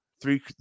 three